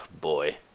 boy